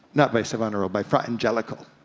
not by savonarola, by fra angelico.